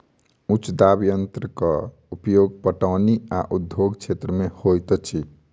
उच्च दाब यंत्रक उपयोग पटौनी आ उद्योग क्षेत्र में होइत अछि